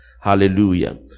hallelujah